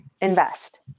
invest